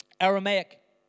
Aramaic